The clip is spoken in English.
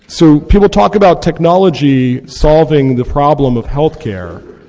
so people talk about technology solving the problem of healthcare.